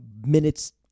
minutes